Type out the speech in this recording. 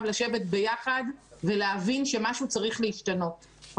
לשבת ביחד ולהבין שמשהו צריך להשתנות,